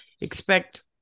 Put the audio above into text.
expect